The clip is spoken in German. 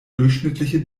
durchschnittliche